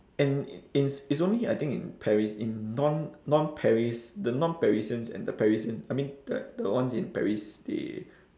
and it's it's only I think in paris in non non paris the non parisians and the parisians I mean the the ones in paris they